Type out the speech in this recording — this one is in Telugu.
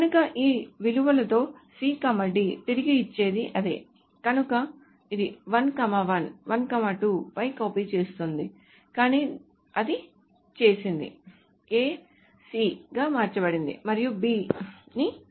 కనుక s ఈ విలువలతో C D తిరిగి ఇచ్చేది అదే కనుక ఇది 1 1 1 2 పై కాపీ చేస్తుంది కానీ అది చేసింది A C గా మార్చబడింది మరియు B Ni D